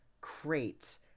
crate